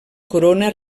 corona